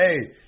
hey